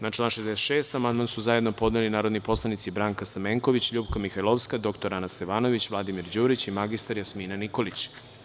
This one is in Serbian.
Na član 66. amandman su zajedno podneli narodni poslanici Branka Stamenković, LJupka Mihajlovska, dr Ana Stevanović, Vladimir Đurić i mr Jasmina Nikolić.